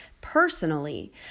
personally